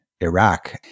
Iraq